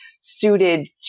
suited